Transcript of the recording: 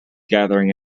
gathering